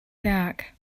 back